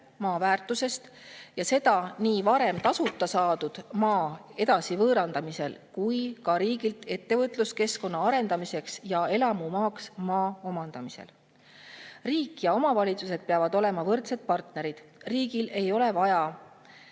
maa väärtusest ja seda nii varem tasuta saadud maa edasivõõrandamisel kui ka riigilt ettevõtluskeskkonna arendamiseks ja elamumaaks maa omandamisel. Riik ja omavalitsused peavad olema võrdsed partnerid, riigil ei ole vaja